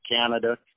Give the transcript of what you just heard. Canada